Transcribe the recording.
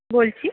বলছি